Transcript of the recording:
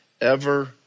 ever-